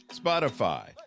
Spotify